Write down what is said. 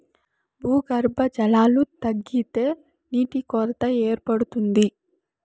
భూగర్భ జలాలు తగ్గితే నీటి కొరత ఏర్పడుతుంది